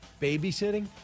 babysitting